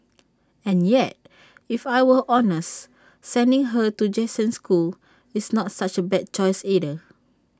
and yet if I were honest sending her to Jason's school is not such A bad choice either